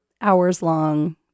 hours-long